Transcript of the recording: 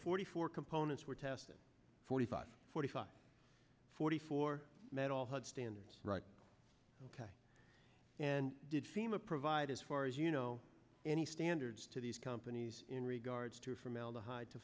forty four components were tested forty five forty five forty four met all had standards right and did seem a provide as far as you know any standards to these companies in regards to formaldehyde to